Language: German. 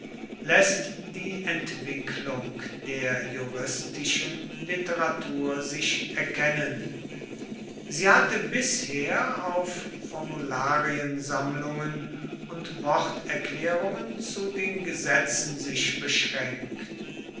läßt die entwicklung der juristischen literatur sich erkennen sie hatte bisher auf formulariensammlungen und worterklärungen zu den gesetzen sich beschränkt